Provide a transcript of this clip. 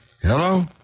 Hello